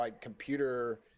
computer